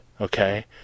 okay